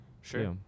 sure